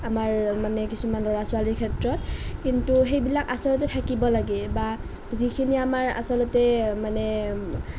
আমাৰ মানে কিছুমান ল'ৰা ছোৱালীৰ ক্ষেত্ৰত কিন্তু সেইবিলাক আচলতে থাকিব লাগে বা যিখিনি আমাৰ আচলতে মানে